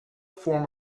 form